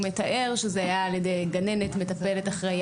מתאר שזה היה על ידי גננת-מטפלת אחראי.